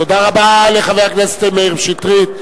תודה רבה לחבר הכנסת מאיר שטרית.